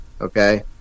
okay